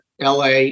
LA